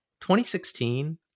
2016